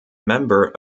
member